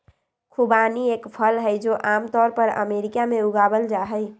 खुबानी एक फल हई, जो आम तौर पर अमेरिका में उगावल जाहई